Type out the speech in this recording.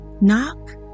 Knock